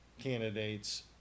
candidates